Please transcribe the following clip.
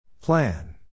Plan